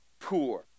poor